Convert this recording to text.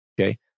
Okay